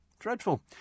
Dreadful